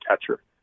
catcher